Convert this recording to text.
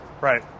Right